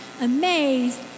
amazed